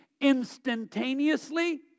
instantaneously